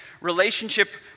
Relationship